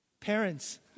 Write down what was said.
Parents